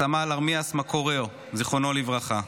וסמל ארמיאס מקוריאו, זיכרונו לברכה.